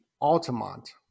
altamont